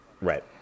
Right